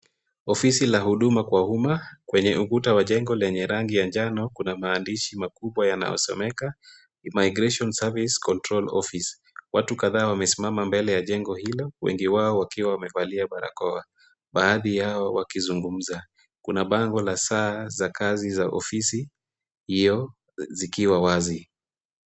Ofisi la huduma kwa umma, kwenye ukuta wa jengo lenye rangi ya njano kuna maandishi makubwa yanayosomeka, immigration service control office . Watu kadhaa wamesimama mbele ya jengo hilo, wengi wao wakiwa wamevalia barakoa. Baadhi yao wakizungumza. Kuna bango la saa za kazi za ofisi, hiyo zikiwa wazi.